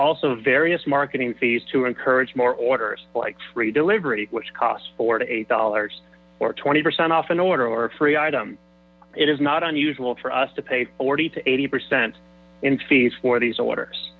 also various marketing fees to encourage more orders like free delivery which costs four to eight dollars or twenty percent off in order or a free item it is not unusual for us to pay forty to eighty percent in fees for these orders